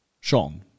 Sean